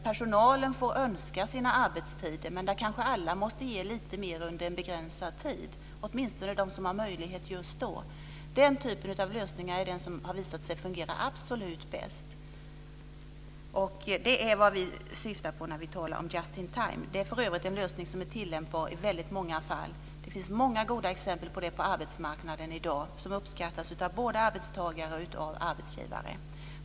Personalen får önska sin arbetstid, men alla måste kanske ge lite mer under en begränsad tid. Det gäller åtminstone dem som har möjlighet just då. Den typen av lösningar är det som har visat sig fungera absolut bäst. Det är vad vi syftar på när vi talar om just-in-time. Det är för övrigt en lösning som är tillämpbar i väldigt många fall. Det finns många goda exempel på det på arbetsmarknaden i dag som uppskattas av både arbetstagare och arbetsgivare.